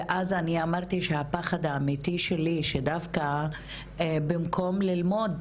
ואז אני אמרתי שהפחד האמיתי שלי שדווקא במקום ללמוד,